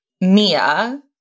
Mia